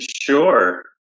Sure